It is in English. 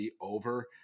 over